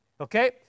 Okay